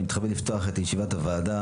ואני מתכבד לפתוח את ישיבת הוועדה,